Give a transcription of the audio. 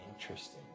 Interesting